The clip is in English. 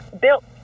built